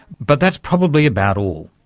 but that's probably about all.